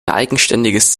eigenständiges